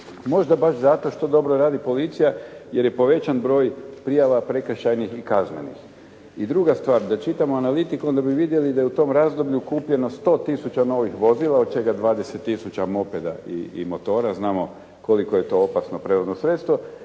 možda baš zato što dobro radi policija, jer je povećan broj prijava prekršajnih i kaznenih. I druga stvar, da čitamo analitiku onda bi vidjeli da u tom razdoblju kupljeno 100 tisuća novih vozila od čega 20 tisuća mopeda i motora, a znamo koliko je to opasno prijevozno sredstvo